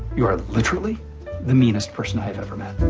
you are literally the meanest person i have ever met